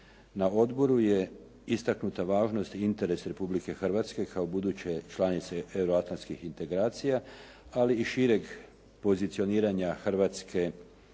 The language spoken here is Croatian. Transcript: Na odboru je istaknuta važnost i interes Republike Hrvatske kao buduće članice euro-atlanskih integracija ali i šireg pozicioniranja Hrvatske